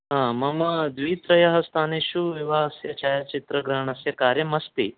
हा मम द्वित्रयः स्थानेषु विवाहस्य छायाचित्रग्रहणस्य कार्यम् अस्ति